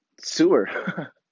sewer